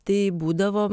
tai būdavo